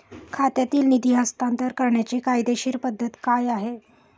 खात्यातील निधी हस्तांतर करण्याची कायदेशीर पद्धत काय आहे?